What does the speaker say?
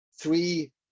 three